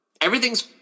everything's